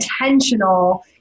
intentional